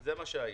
זה מה שהיה.